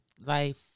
life